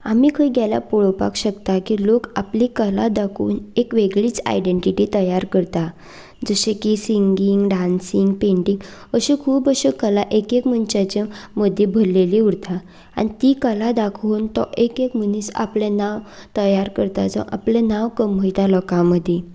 आमीं खंय गेल्यार पळोवपाक शकता की लोक आपली कला दाखोवन एक वेगळीच आयडेंटटिटी तयार करता जशें की सिंगींग डान्सिंग पेंटींग अशो खूब अशो कला एक एक मनशांच्या मदीं भरिल्ल्यो उरता आनी ती कला दाखोवन तो एक एक मनीस आपलें नांव तयार करता जो आपलें नांव कमयता लोकां मदीं